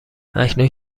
اکنون